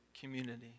community